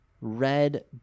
red